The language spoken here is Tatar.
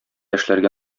эшләргә